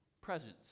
Presence